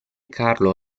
carlo